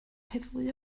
heddlu